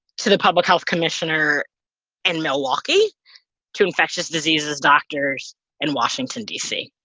to the public health commissioner in milwaukee to infectious diseases doctors in washington, d c.